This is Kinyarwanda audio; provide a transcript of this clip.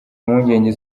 impungenge